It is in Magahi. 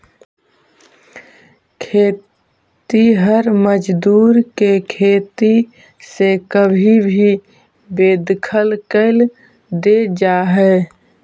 खेतिहर मजदूर के खेती से कभी भी बेदखल कैल दे जा हई